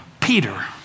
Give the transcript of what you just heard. Peter